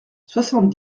soixante